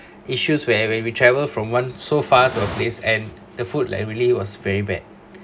issues where we we travel from one so far of east and the food like really was very bad